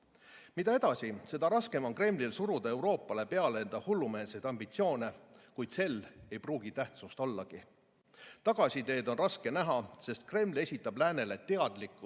edasi, seda raskem on Kremlil suruda Euroopale peale enda hullumeelseid ambitsioone, kuid sel ei pruugi tähtsust ollagi. Tagasiteed on raske näha, sest Kreml esitab läänele teadlikult